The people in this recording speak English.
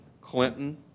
Clinton